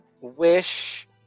wish